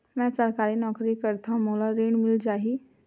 मै सरकारी नौकरी करथव मोला ऋण मिल जाही?